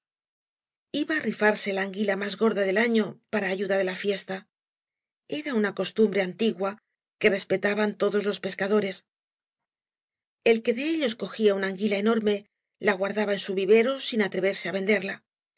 iba á rifarse la anguila más gorda del año para ayuda de la fiesta era una costumbre antigua que respetaban todos los pescadores el que de ellos cogía una anguila enorme la guardaba en su vivero sin atreverse á venderla